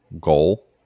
goal